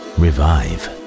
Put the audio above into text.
revive